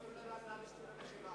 לנדל"ניסטים, ?